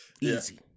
Easy